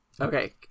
okay